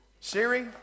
Siri